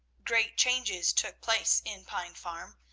great changes took place in pine farm.